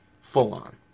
Full-on